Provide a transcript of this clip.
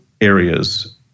areas